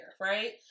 right